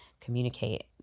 communicate